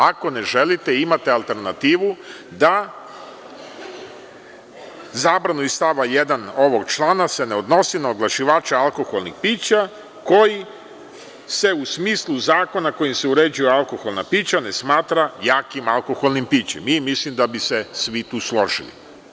Ako ne želite, imate alternativu da zabranu iz stava 1. ovog člana se ne odnosi na oglašivača koji se u smislu zakona kojim se uređuju alkoholna pića ne smatra jakim alkoholnim pićem i mislim da bi se svi tu složili.